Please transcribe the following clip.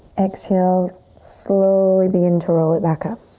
exhale, slowly begin to roll it back up.